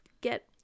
Get